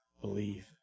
believe